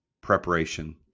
preparation